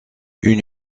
une